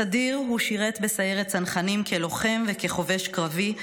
בסדיר הוא שירת בסיירת צנחנים כלוחם וכחובש קרבי,